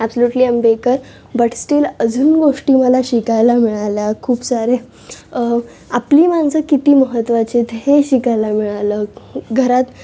absolutely I am baker but still अजून गोष्टी मला शिकायला मिळाल्या खूप साऱ्या आपली माणसं किती महत्वाची आहेत हे शिकायला मिळालं घरात